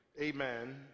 amen